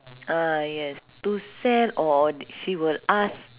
ah yes to sell or she will ask